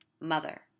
mother